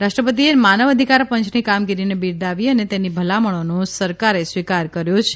રાષ્ટ્રપતિએ માનવ અધિકારપંચની કામગીરીને બિરદાવી અને તેની ભલામણોનો સરકારે સ્વીકાર કર્યો છે